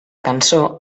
cançó